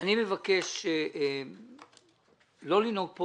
אני מבקש לא לנהוג פה